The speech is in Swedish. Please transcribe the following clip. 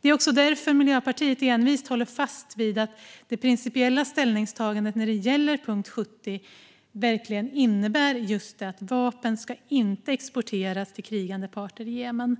Det är också därför Miljöpartiet envist håller fast vid att det principiella ställningstagandet när det gäller punkt 70 i januariavtalet verkligen innebär just att vapen inte på något sätt ska exporteras till krigande parter i Jemen.